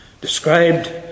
described